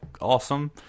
awesome